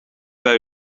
bij